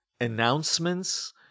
announcements